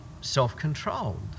self-controlled